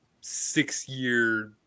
six-year